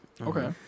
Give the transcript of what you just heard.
Okay